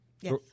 Yes